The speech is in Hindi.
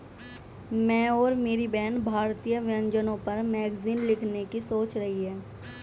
मैं और मेरी बहन भारतीय व्यंजनों पर मैगजीन लिखने की सोच रही है